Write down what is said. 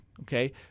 okay